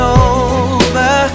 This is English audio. over